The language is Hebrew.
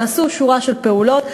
נעשתה שורה של פעולות.